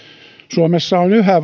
suomessa on yhä